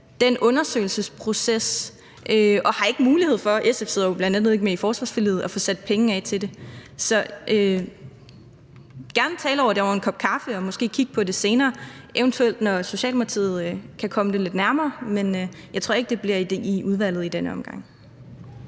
den undersøgelsesproces og ikke har mulighed for – SF sidder jo bl.a. ikke med i forsvarsforliget – at få sat penge af til det. Så jeg vil gerne tale om det over en kop kaffe og måske kigge på det senere, eventuelt når Socialdemokratiet kan komme det lidt nærmere, men jeg tror ikke, at det bliver i udvalget i denne omgang.